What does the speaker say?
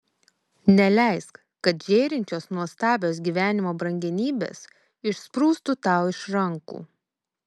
neleisk kad žėrinčios nuostabios gyvenimo brangenybės išsprūstų tau iš rankų